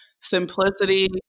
Simplicity